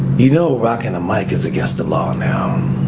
you know rocking the mic is against the law now